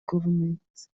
government